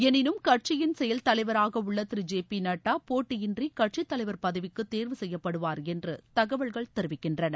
எனினும் கட்சியின் செயல் தலைவராக உள்ள திரு ஜே பி நட்டா போட்டியின்றி கட்சி தலைவர் பதவிக்கு தேர்வு செய்யப்படுவார் என்று தகவல்கள் தெரிவிக்கின்றன